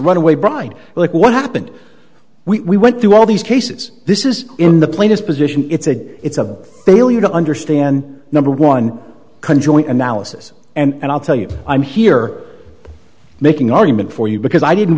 runaway bride look what happened we went through all these cases this is in the plainest position it's a it's a failure to understand number one can join analysis and i'll tell you i'm here making argument for you because i didn't